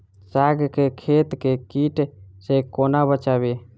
साग केँ खेत केँ कीट सऽ कोना बचाबी?